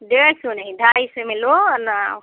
डेढ़ सौ नहीं ढाई सौ में लो वरना